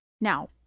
Now